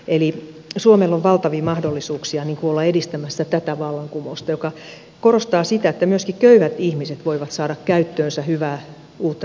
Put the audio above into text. eli suomella on valtavia mahdollisuuksia olla edistämässä tätä vallankumousta joka korostaa sitä että myöskin köyhät ihmiset voivat saada käyttöönsä hyvää uutta tekniikkaa